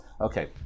Okay